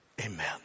Amen